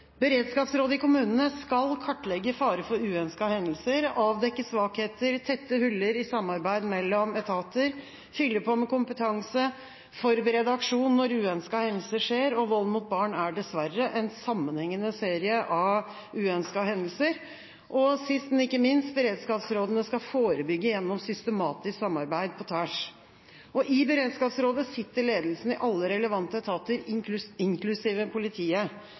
Beredskapsrådet i kommunene skal kartlegge fare for uønskede hendelser, avdekke svakheter, tette huller i samarbeid mellom etater, fylle på med kompetanse, forberede aksjon når uønskede hendelser skjer – vold mot barn er dessverre en sammenhengende serie av uønskede hendelser – og sist, men ikke minst skal beredskapsrådene forebygge gjennom systematisk samarbeid på tvers. I beredskapsrådet sitter ledelsen i alle relevante etater inklusiv politiet.